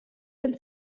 and